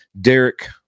Derek